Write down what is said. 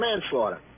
manslaughter